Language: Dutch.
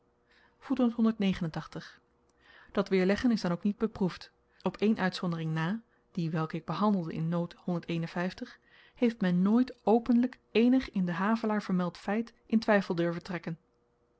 dat weerleggen is dan ook niet beproefd op één uitzondering na die welke ik behandelde in noot heeft men nooit openlyk eenig in den havelaar vermeld feit in twyfel durven trekken